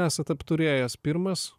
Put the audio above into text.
esat apturėjęs pirmas